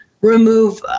Remove